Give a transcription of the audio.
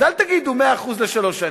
אז אל תגידו 100% לשלוש שנים,